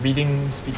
reading speed